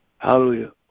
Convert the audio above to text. Hallelujah